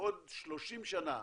בעוד 30 שנה,